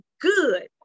good